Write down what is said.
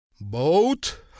Boat